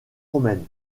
romaine